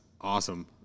awesome